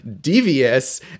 devious